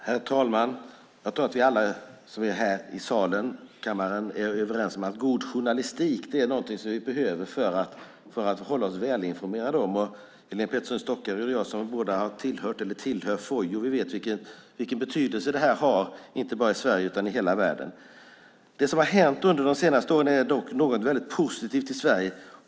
Herr talman! Jag tror att vi alla som är här i kammaren är överens om att god journalistik är någonting som vi behöver för att hålla oss välinformerade. Helene Petersson i Stockaryd och jag som båda har tillhört eller tillhör Fojo vet vilken betydelse det här har inte bara i Sverige utan i hela världen. Det som har hänt under de senaste åren är dock något mycket positivt i Sverige.